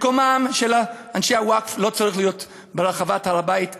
מקומם של אנשי הווקף לא צריך להיות ברחבת הר-הבית,